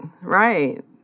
right